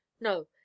No